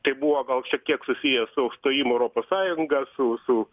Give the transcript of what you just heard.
tai buvo gal šiek tiek susiję su stojimu į europos sąjungą su su